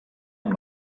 amb